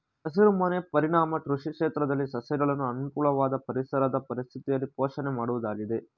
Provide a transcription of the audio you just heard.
ಹಸಿರುಮನೆ ಪರಿಣಾಮ ಕೃಷಿ ಕ್ಷೇತ್ರದಲ್ಲಿ ಸಸ್ಯಗಳನ್ನು ಅನುಕೂಲವಾದ ಪರಿಸರದ ಪರಿಸ್ಥಿತಿಯಲ್ಲಿ ಪೋಷಣೆ ಮಾಡುವುದಾಗಿದೆ